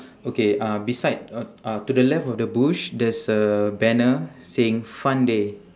okay uh beside uh uh to the left of the bush there's a banner saying fun day